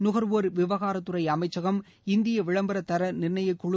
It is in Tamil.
நுகர்வோர் விவகாரத்துறை அமைச்சகம் இந்திய விளம்பர தர நிர்ணயக்குழு